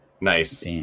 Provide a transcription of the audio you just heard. Nice